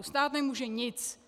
Stát nemůže nic.